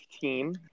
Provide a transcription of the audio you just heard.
team